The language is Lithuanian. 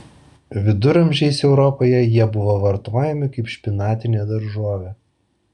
viduramžiais europoje jie buvo vartojami kaip špinatinė daržovė